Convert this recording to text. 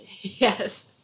Yes